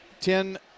Ten